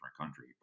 country